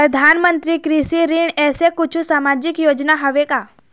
परधानमंतरी कृषि ऋण ऐसे कुछू सामाजिक योजना हावे का?